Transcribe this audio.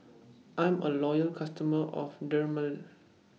I'm A Loyal customer of Dermale